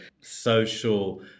social